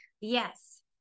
Yes